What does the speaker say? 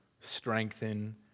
strengthen